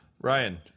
Ryan